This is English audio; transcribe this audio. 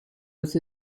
with